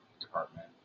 department